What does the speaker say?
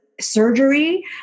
surgery